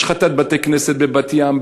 השחתת בתי-כנסת בבת-ים,